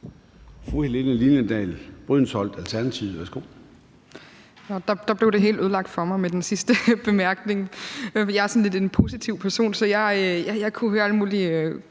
Helene Liliendahl Brydensholt (ALT): Der blev det hele ødelagt for mig, altså med den sidste bemærkning. Jeg er sådan lidt en positiv person, så jeg kunne høre alle mulige